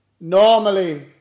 normally